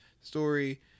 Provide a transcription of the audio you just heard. story